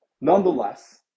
Nonetheless